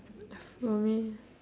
for me